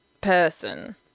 person